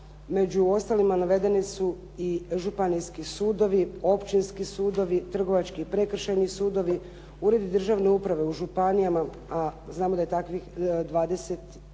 među ostalima navedeni su i županijski sudovi, općinski sudovi, trgovački i prekršajni sudovi, uredi državne uprave u županijama a znamo da je takvih 20,